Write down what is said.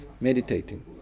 meditating